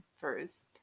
first